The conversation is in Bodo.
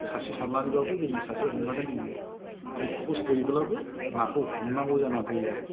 सासे सारनानैबाबो जोङो सासे हमनानै जोङो बिदि खस्त'यैब्लाबो नाखौ हमनांगौ जानानै फैयो आरो